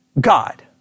God